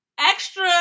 Extra